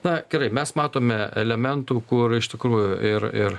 na gerai mes matome elementų kur iš tikrųjų ir ir